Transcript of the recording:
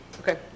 Okay